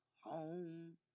home